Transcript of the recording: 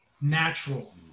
natural